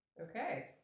Okay